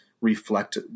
reflect